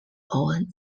own